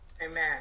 Amen